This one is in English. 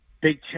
Big